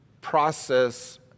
process